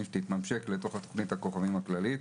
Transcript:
שתתממשק לתוך תוכנית הכוכבים הכללית.